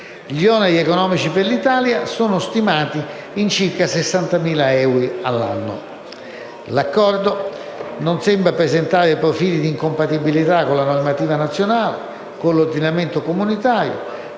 Gli oneri economici per l'Italia sono stimati in circa 60.000 euro all'anno. L'accordo non presenta profili di incompatibilità con la normativa nazionale, con l'ordinamento comunitario,